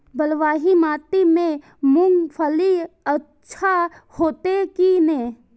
बलवाही माटी में मूंगफली अच्छा होते की ने?